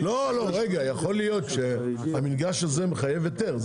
רגע, יכול להיות שהמינגש הזה מחייב היתר.